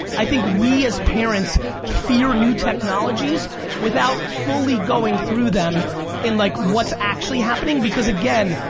i think we as parents fear new technologies without fully going through them in like what's actually happening. because again,